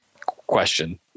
question